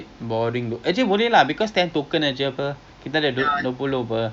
actually kalau nak boleh juga kita boleh ten token lah untuk segway